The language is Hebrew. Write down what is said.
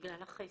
בגלל החסר.